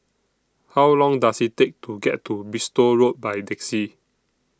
How Long Does IT Take to get to Bristol Road By Taxi